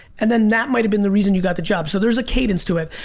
and then that might've been the reason you got the job. so there's a cadence to it.